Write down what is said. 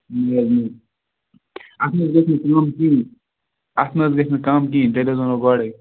نہ نہ اَتھ نہٕ حظ گژھِ نہٕ کَم کِہیٖنۍ اَتھ نہ حظ گژھِ نہٕ کَم کِہیٖنٛۍ تیٚلہِ حظ ونہو گۄڈے